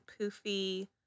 poofy